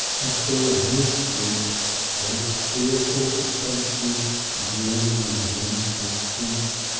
he saw wood street and its fearful suspenses yawning beneath his feet.